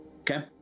Okay